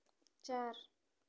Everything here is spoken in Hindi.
चार